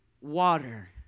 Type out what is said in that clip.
water